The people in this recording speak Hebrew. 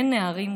ונערים,